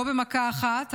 לא במכה אחת,